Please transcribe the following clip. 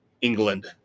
England